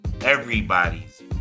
everybody's